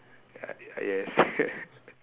ya yes